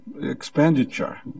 expenditure